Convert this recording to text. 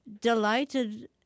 delighted